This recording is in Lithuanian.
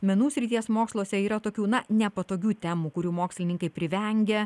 menų srities moksluose yra tokių na nepatogių temų kurių mokslininkai privengia